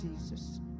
Jesus